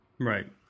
Right